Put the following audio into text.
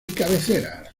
cabeceras